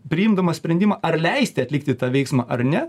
priimdamas sprendimą ar leisti atlikti tą veiksmą ar ne